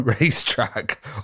racetrack